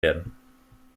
werden